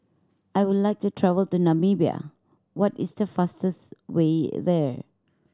I would like to travel to Namibia what is the fastest way there